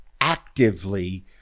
actively